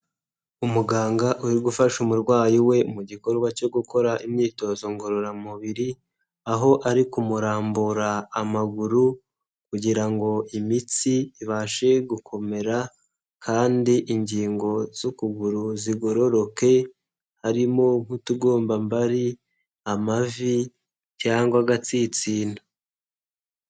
Umuganga uri gufasha umurwayi we mu gikorwa cyo gukora imyitozo ngororamubiri, aho ari kumurambura amaguru kugira ngo imitsi ibashe gukomera kandi ingingo z'ukuguru zigororoke, harimo nk'utugombambari, amavi cyangwa agatsitsino.